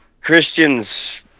Christians